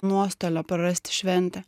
nuostolio prarasti šventę